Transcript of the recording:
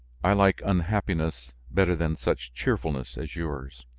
i like unhappiness better than such cheerfulness as yours.